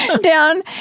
down